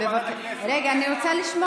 גברתי היושבת-ראש,